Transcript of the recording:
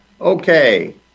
Okay